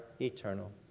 eternal